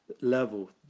level